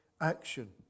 action